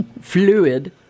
fluid